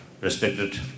respected